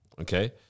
okay